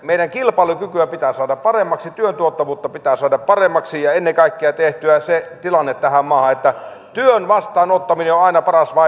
meidän kilpailukykyämme pitää saada paremmaksi työn tuottavuutta pitää saada paremmaksi ja ennen kaikkea tehtyä se tilanne tähän maahan että työn vastaanottaminen on aina paras vaihtoehto